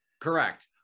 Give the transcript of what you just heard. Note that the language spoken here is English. Correct